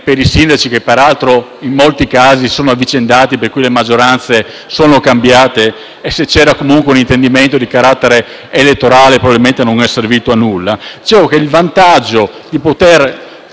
per i sindaci,, che peraltro, in molti casi, si sono avvicendati per cui le maggioranze sono cambiate e se c'era comunque un intendimento di carattere elettorale, probabilmente non è servito a nulla. Poter smobilizzare e mettere